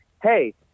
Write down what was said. Hey